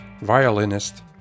violinist